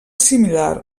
similar